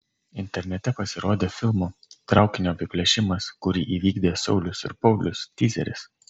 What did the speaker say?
internete pasirodė filmo traukinio apiplėšimas kurį įvykdė saulius ir paulius tyzeris